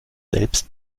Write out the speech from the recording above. selbst